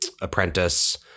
apprentice